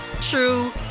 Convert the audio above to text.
true